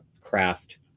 craft